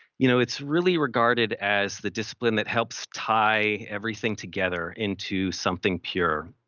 you know it's really regarded as the discipline that helps tie everything together into something pure,